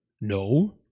No